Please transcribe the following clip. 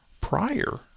prior